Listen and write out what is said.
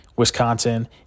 wisconsin